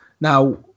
Now